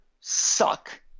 suck